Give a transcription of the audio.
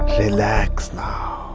relax now.